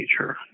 nature